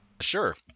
Sure